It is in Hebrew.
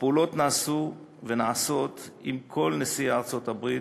הפעולות נעשו ונעשות עם כל נשיאי ארצות-הברית,